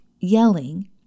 yelling